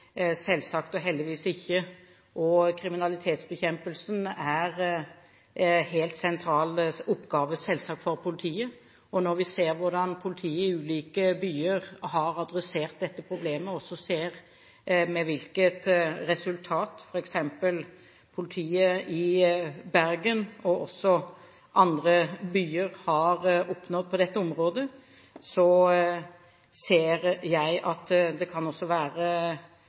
selvsagt og heldigvis ikke. Kriminalitetsbekjempelse er en helt sentral oppgave for politiet, og når vi ser hvordan politiet i ulike byer har adressert dette problemet, og ser hvilket resultat f.eks. politiet i Bergen og også andre byer har oppnådd på dette området, ser jeg at det kan være